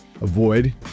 avoid